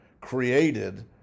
created